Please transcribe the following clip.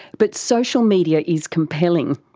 but social media is compelling.